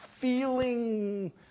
feeling